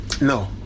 No